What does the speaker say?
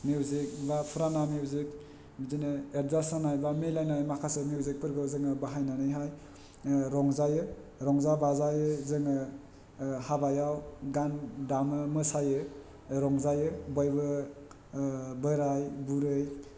music बा फुराना music बिदिनो एदजास जानाय बा मिलायनाय माखासे मिउजिकफोरखौ जोङो बाहायनानैहाय रंजायो रंजा बाजायै जोङो हाबायाव गान दामो मोसायो रंजायो बयबो बोराय बुरै